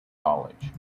college